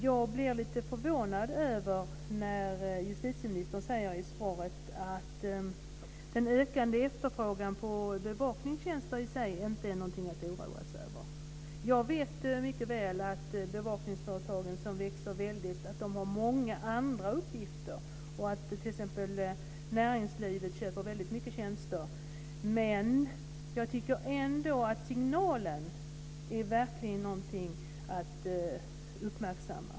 Jag blir lite förvånad när justitieministern säger i svaret att den ökande efterfrågan på bevakningstjänster i sig inte är någonting att oroa sig över. Jag vet mycket väl att bevakningsföretagen, som växer väldigt, har många andra uppgifter. Näringslivet köper t.ex. mycket tjänster. Men jag tycker ändå att signalen verkligen är någonting att uppmärksamma.